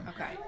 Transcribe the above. Okay